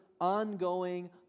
ongoing